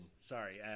Sorry